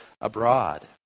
abroad